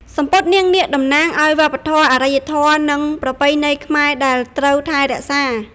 សំពត់នាងនាគតំណាងឲ្យវប្បធម៌ អរិយធម៌ និងប្រពៃណីខ្មែរដែលត្រូវថែរក្សា។